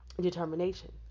determination